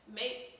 make